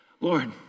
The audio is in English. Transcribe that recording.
Lord